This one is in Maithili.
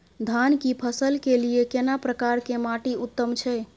धान की फसल के लिये केना प्रकार के माटी उत्तम छै?